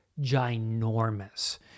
ginormous